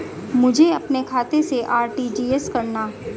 मुझे अपने खाते से आर.टी.जी.एस करना?